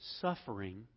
suffering